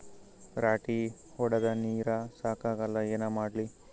ರಾಟಿ ಹೊಡದ ನೀರ ಸಾಕಾಗಲ್ಲ ಏನ ಮಾಡ್ಲಿ?